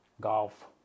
golf